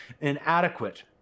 inadequate